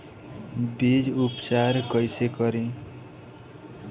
बीज उपचार कईसे करी?